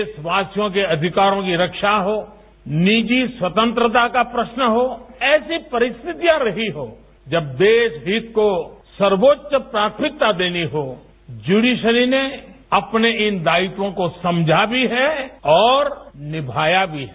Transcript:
देशवासियों के अधिकारों की रक्षा हो निजी स्वतंत्रता का प्रश्ने हो ऐसी परिस्थितियां रही हों जब देश हित को सर्वोच्च प्राथमिकता देनी हो ज्यूडिशरी ने अपने इन दायित्वों को समझा भी हैं और निभाया भी है